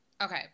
Okay